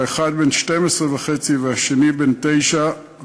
האחד בן 12 וחצי והשני בן תשע,